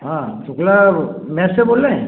हाँ शुक्ला मेस से बोल रहे हैं